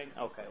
Okay